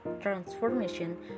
transformation